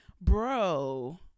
bro